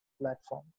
platform